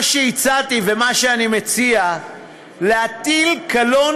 מה שהצעתי ומה שאני מציע הוא להטיל קלון